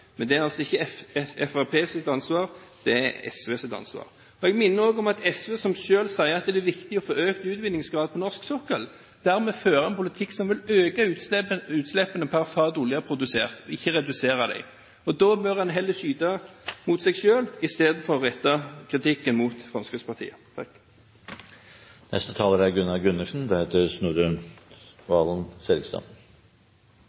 Men det er altså ikke Fremskrittspartiets ansvar. Det er SVs ansvar. Jeg minner om at SV, som selv sier at det er viktig å få økt utvinningsgrad på norsk sokkel, dermed fører en politikk som vil øke utslippene per fat olje produsert og ikke redusere dem. Da bør en heller skyte mot seg selv i stedet for å rette kritikken mot Fremskrittspartiet.